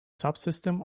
subsystem